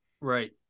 Right